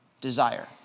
desire